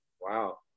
Wow